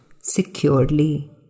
securely